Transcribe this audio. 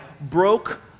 broke